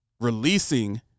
releasing